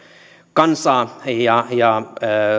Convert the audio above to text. kansaa ja ja